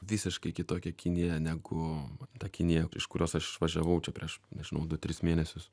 visiškai kitokia kiniaą negu ta kinija iš kurios aš išvažiavau prieš nežinau du tris mėnesius